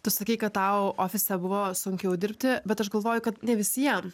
tu sakei kad tau ofise buvo sunkiau dirbti bet aš galvoju kad ne visiem